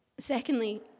Secondly